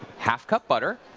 half cup butter,